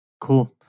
cool